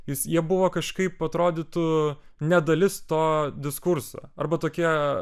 jis jie buvo kažkaip atrodytų ne dalis to diskurso arba tokia